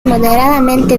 moderadamente